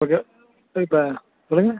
okay இதோ இப்போ சொல்லுங்கள்